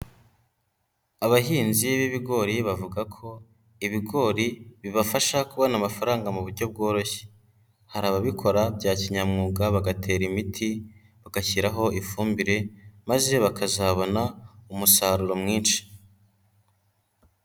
Abahinzi b'ibigori bavuga ko ibigori bibafasha kubona amafaranga mu buryo bworoshye, hari ababikora bya kinyamwuga bagatera imiti, bagashyiraho ifumbire maze bakazabona umusaruro mwinshi.